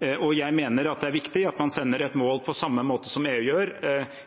Jeg mener at det er viktig at man setter et mål på samme måte som EU gjør.